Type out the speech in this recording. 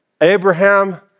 Abraham